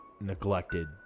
neglected